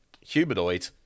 humanoid